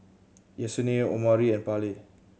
Yessenia Omari and Parley